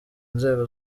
inzego